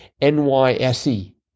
N-Y-S-E